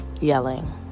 Yelling